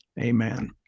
Amen